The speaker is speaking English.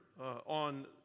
on